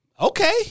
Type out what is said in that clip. okay